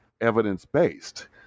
evidence-based